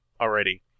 already